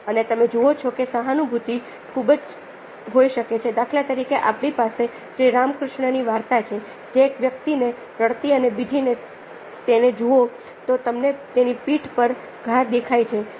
અને તમે જુઓ છો કે સહાનૂભૂતિ ખૂબ જ હોઈ શકે છે દાખલા તરીકે આપણી પાસે શ્રી રામકૃષ્ણની વાર્તા છે જે એક વ્યક્તિને રડતી અને બીજી તેને જુઓ તો તમને તેની પીઠ પર ઘા દેખાય છે